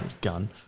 Gun